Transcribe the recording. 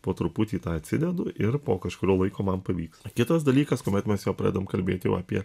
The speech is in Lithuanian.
po truputį atsidedu ir po kažkurio laiko man pavyks kitas dalykas kuomet mes jau pradedam kalbėt jau apie